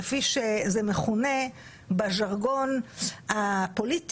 כפי שזה מכונה בז'רגון הפוליטי,